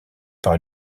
par